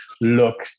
look